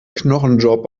knochenjob